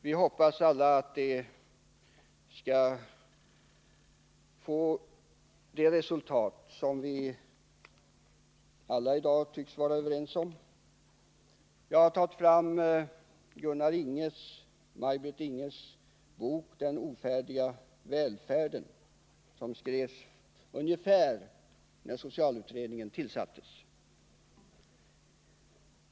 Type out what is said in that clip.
Vi hoppas alla att det skall ge till resultat vad samtliga tycks vara överens om i dag. Jag har tagit fram Gunnar och Maj-Britt Inghes bok ”den ofärdiga välfärden”, som skrevs ungefär när socialutredningen tillsattes.